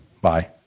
Bye